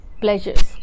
pleasures